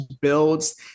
builds